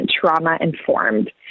trauma-informed